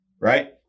right